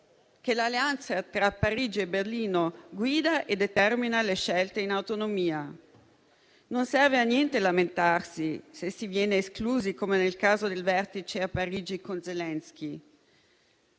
Che l'alleanza tra Parigi e Berlino guida e determina le scelte in autonomia. Non serve a niente lamentarsi se si viene esclusi, come nel caso del vertice a Parigi con Zelensky.